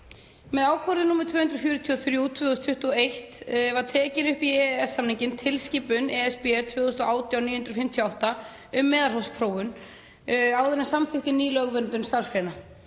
Með ákvörðun nr. 243/2021 var tekin upp í EES-samninginn tilskipun (ESB) 2018/958, um meðalhófsprófun áður en samþykkt er ný lögverndun starfsgreinar.